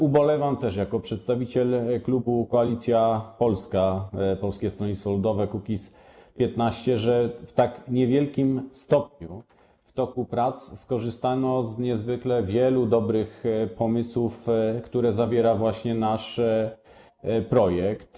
Ubolewam też jako przedstawiciel klubu Koalicja Polska - Polskie Stronnictwo Ludowe - Kukiz15, że w tak niewielkim stopniu w toku prac skorzystano z niezwykle wielu dobrych pomysłów, które zawiera nasz projekt.